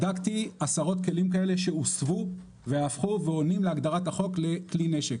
בדקתי עשרות כלים כאלה שהוסבו ועונים להגדרת החוק לכלי נשק,